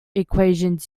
equations